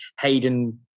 Hayden